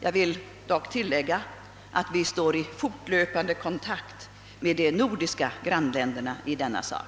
Jag vill dock tillägga, att vi står i fortlöpande kontakt med de nordiska grannländerna i denna sak.